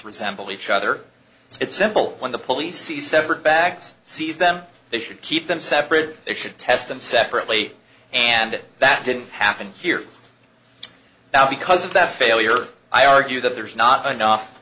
resemble each other it's simple when the police see separate bags sees them they should keep them separate they should test them separately and that didn't happen here now because of that failure i argue that there's not enough